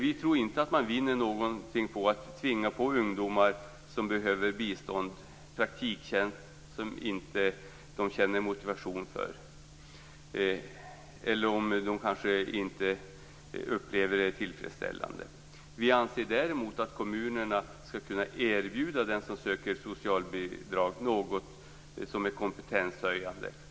Vi tror inte att man vinner något på att tvinga på ungdomar som behöver bistånd praktiktjänst som de inte känner motivation för eller som de kanske inte upplever som tillfredsställande. Däremot anser vi att kommunerna skall kunna erbjuda den som söker socialbidrag något som är kompetenshöjande.